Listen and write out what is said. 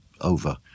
over